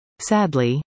Sadly